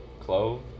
clove